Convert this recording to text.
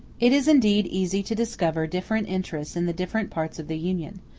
it is indeed easy to discover different interests in the different parts of the union,